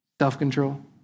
self-control